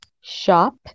shop